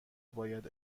باید